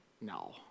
No